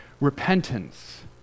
repentance